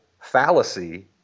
fallacy